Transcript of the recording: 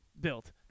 built